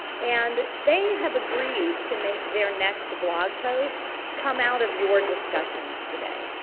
and, they have agreed to make their next blog post come out of your discussions today.